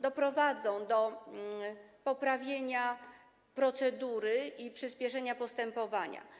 doprowadzą do poprawienia procedury i przyspieszenia postępowania.